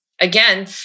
again